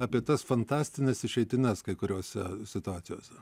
apie tas fantastines išeitines kai kuriose situacijose